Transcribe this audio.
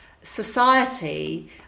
society